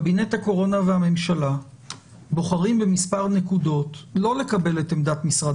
בקבינט הקורונה והממשלה בוחרים במספר נקודות לא לקבל את עמדת משרד